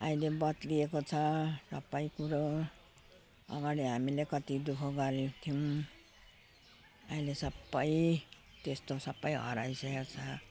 अहिले बद्लिएको छ सबै कुरो अगाडि हामीले कति दुःख गरेको थियौँ अहिले सबै त्यस्तो सबै हराइसकेको छ